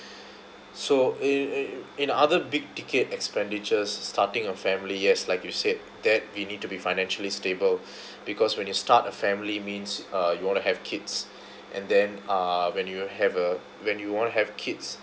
so in in in other big ticket expenditures starting a family yes like you said that we need to be financially stable because when you start a family means uh you want to have kids and then uh when you have a when you want to have kids